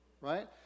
Right